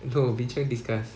no bincang discuss